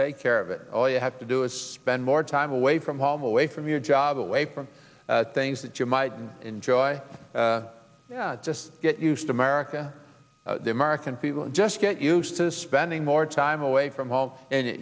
take care of it all you have to do is spend more time away from home away from your job away from things that you might enjoy just get used to america the american people just get used to spending more time away from home and